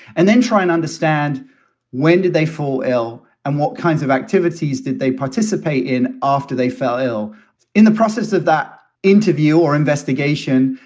and then try and understand when do they fall ill and what kinds of activities did they participate in after they fell ill in the process of that interview or investigation?